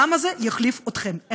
העם הזה יחליף אתכם,